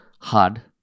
hard